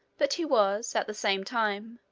but he was, at the same time,